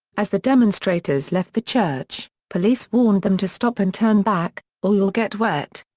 as the demonstrators left the church, police warned them to stop and turn back, or you'll get wet.